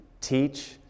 teach